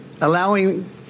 allowing